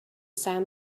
sand